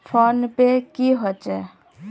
Phone पै की होचे?